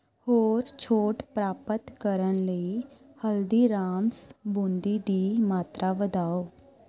ਹੋਰ ਛੋਟ ਪ੍ਰਾਪਤ ਕਰਨ ਲਈ ਹਲਦੀਰਾਮਸ ਬੂੰਦੀ ਦੀ ਮਾਤਰਾ ਵਧਾਓ